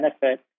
benefit